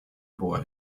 boy